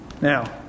Now